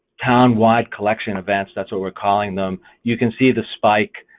town wide collection events, that's what we're calling them, you can see the spike,